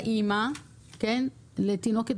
והמשפט הראשון שהוא אמר לאימא לתינוקת